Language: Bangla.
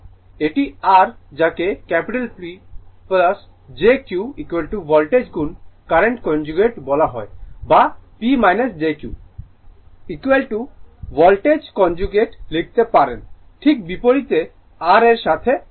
এই r যাকে P jQ ভোল্টেজ গুণ কারেন্ট কনজুগেট বলা হয় বা P jQ ভোল্টেজ কনজুগেট লিখতে পারেন ঠিক বিপরীতে r এর সাথে গুণ করে